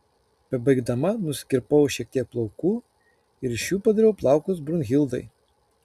bebaigdama nusikirpau šiek tiek plaukų ir iš jų padariau plaukus brunhildai